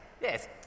yes